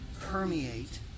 permeate